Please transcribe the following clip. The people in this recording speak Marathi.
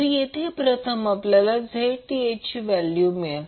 तर येथे प्रथम आपल्याला ZTh ची व्हॅल्यू मिळेल